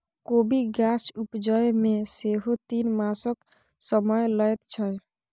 कोबीक गाछ उपजै मे सेहो तीन मासक समय लैत छै